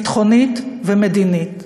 ביטחונית ומדינית.